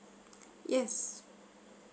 yes